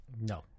No